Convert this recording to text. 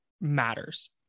matters